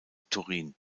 turin